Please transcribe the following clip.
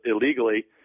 illegally